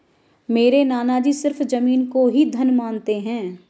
मेरे नाना जी सिर्फ जमीन को ही धन मानते हैं